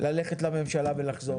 ללכת לממשלה ולחזור.